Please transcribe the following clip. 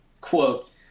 quote